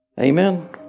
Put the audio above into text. Amen